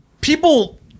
People